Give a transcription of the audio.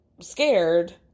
scared